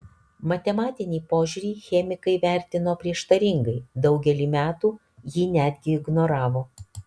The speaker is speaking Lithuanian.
matematinį požiūrį chemikai vertino prieštaringai daugelį metų jį netgi ignoravo